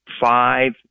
five